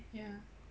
ya